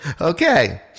Okay